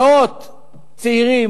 מאות צעירים,